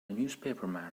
newspaperman